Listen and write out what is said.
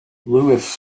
louis